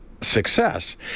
success